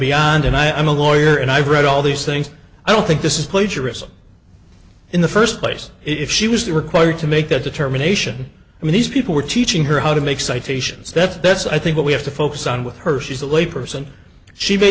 beyond and i'm a lawyer and i've read all these things i don't think this is plagiarism in the first place if she was that required to make that determination and these people were teaching her how to make citations that's that's i think what we have to focus on with her she's a lay person she ma